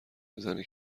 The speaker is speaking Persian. میزنه